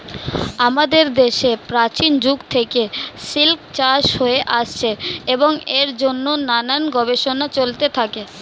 আমাদের দেশে প্রাচীন যুগ থেকে সিল্ক চাষ হয়ে আসছে এবং এর জন্যে নানান গবেষণা চলতে থাকে